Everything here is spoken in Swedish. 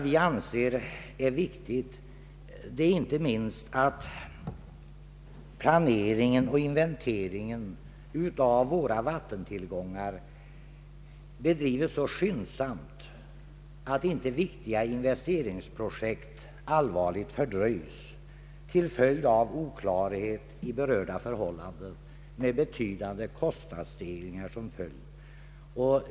Vi finner det inte minst angeläget att planeringen och inventeringen av våra vattentillgångar bedrivs så skyndsamt att inte viktiga investeringsprojekt allvarligt fördröjs till följd av oklarhet om berörda förhållanden, med betydande kostnadsstegringar som följd.